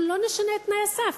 אנחנו לא נשנה את תנאי הסף.